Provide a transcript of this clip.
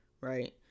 right